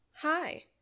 Hi